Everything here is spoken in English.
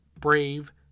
brave